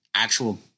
actual